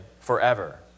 forever